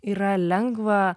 yra lengva